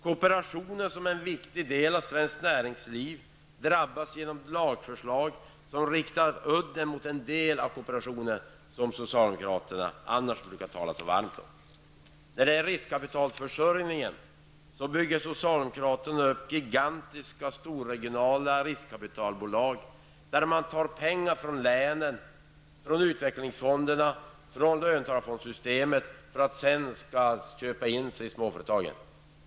Kooperationen, som också är en viktig del av svenskt näringsliv, drabbas genom lagförslag som riktar udden mot en del av kooperationen, som socialdemokraterna annars brukar tala så varmt om. När det gäller riskkapitalförsörjningen bygger socialdemokraterna upp gigantiska storregionala riskkapitalbolag, där pengar tas från länen, från utvecklingsfonderna och från löntagarfondssystemet för att man sedan skall kunna köpa in sig i småföretagen.